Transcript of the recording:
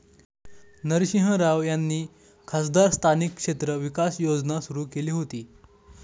नरसिंह राव यांनी खासदार स्थानिक क्षेत्र विकास योजना सुरू केली होती